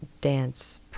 dance